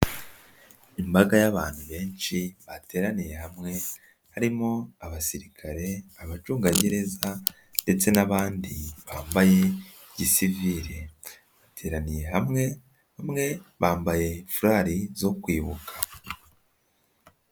Imbaga y'abantu benshi bateraniye hamwe, harimo abasirikare, abacungagereza ndetse n'abandi bambaye gisivili, bateraniye hamwe, bamwe bambaye furari zo kwibuka.